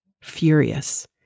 furious